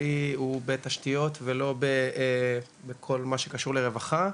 הוא בתשתיות ולא בכל מה שקשור ברווחה.